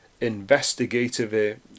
investigative